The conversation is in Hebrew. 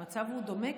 המצב הוא דומה,